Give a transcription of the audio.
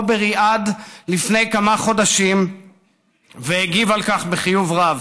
בריאד לפני כמה חודשים והגיב על כך בחיוב רב.